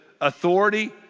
authority